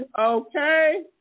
Okay